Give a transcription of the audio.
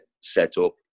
set-up